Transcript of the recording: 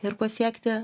ir pasiekti